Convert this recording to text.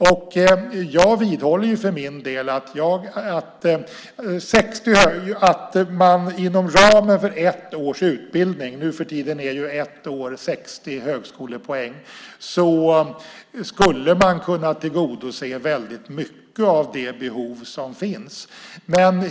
För min del vidhåller jag att man inom ramen för ett års utbildning - nu för tiden är ett år 60 högskolepoäng - skulle kunna tillgodose väldigt mycket av det behov som finns.